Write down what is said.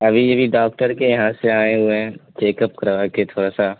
ابھی ابھی ڈاکٹر کے یہاں سے آئے ہوئے ہیں چیک اپ کروا کے تھورا سا